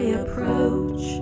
approach